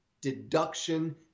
deduction